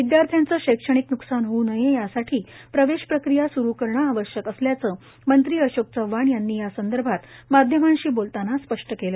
विदयार्थ्यांचं शैक्षणिक न्कसान होऊ नये यासाठी प्रवेश प्रक्रिया स्रू करणं आवश्यक असल्याचं मंत्री अशोक चव्हाण यांनी यासंदर्भात माध्यमांशी बोलताना स्पष्ट केलं